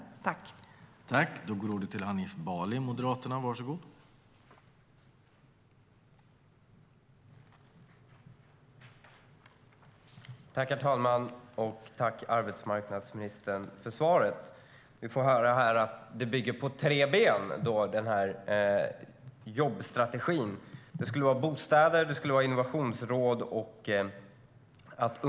Då Elisabeth Svantesson, som framställt interpellationen, anmält att hon var förhindrad att närvara vid sammanträdet medgav talmannen att Hanif Bali i stället fick delta i överläggningen.